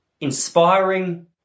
inspiring